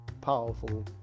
Powerful